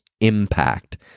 impact